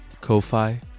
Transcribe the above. Ko-Fi